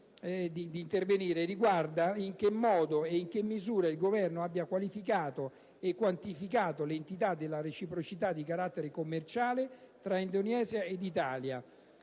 d'intervenire riguarda in che modo e in che misura il Governo abbia qualificato e quantificato l'entità della reciprocità di carattere commerciale tra Indonesia e Italia.